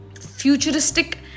futuristic